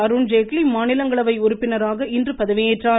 அருண்ஜேட்லி மாநிலங்களவை உறுப்பினராக இன்று பதவியேற்றார்